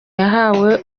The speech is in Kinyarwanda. yahawe